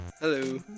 Hello